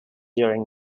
during